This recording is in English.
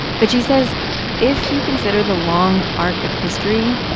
but she says if you consider the long arc of history,